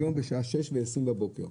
היום בשעה 6:20 בבוקר,